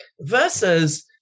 versus